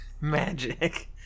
Magic